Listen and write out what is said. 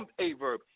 Averb